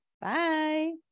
Bye